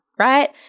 right